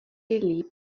líp